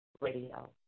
Radio